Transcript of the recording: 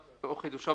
או חידושו